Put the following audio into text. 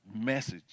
message